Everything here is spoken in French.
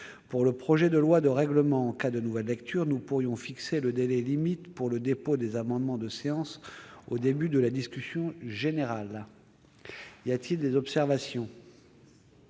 Pour le projet de loi de règlement, en cas de nouvelle lecture, nous pourrions fixer le délai limite pour le dépôt des amendements de séance au début de la discussion générale. Y a-t-il des observations ?